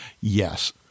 yes